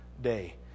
day